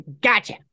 Gotcha